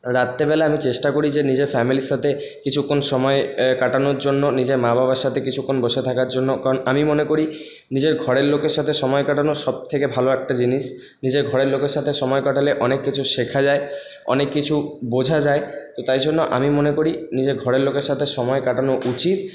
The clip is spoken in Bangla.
রাত্রেবেলা আমি চেষ্টা করি যে নিজের ফ্যামিলির সাথে কিছুক্ষণ সময় কাটানোর জন্য নিজের মা বাবার সাথে কিছুক্ষণ বসে থাকার জন্য কারণ আমি মনে করি নিজের ঘরের লোকের সাথে সময় কাটানো সব থেকে ভালো একটা জিনিস নিজের ঘরের লোকের সাথে সময় কাটালে অনেক কিছু শেখা যায় অনেক কিছু বোঝা যায় তো তাই জন্য আমি মনে করি নিজের ঘরের লোকের সাথে সময় কাটানো উচিত